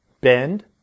BEND